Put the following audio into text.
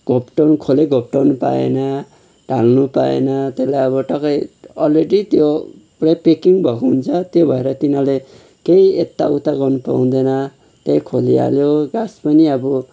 घोप्ट्याउनु खोले घोप्ट्याउनु पाएन ढाल्नु पाएन त्यसलाई अब टक्कै अलरेडी त्यो पुरै प्याकिङ भएको हुन्छ त्यही भएर तिनीहरूले केही यताउता गर्न पाउँदैन त्यही खोले हाल्यो घाँस पनि अब